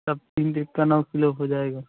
सब तीन चीज़ का नौ किलो हो जाएगा